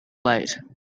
late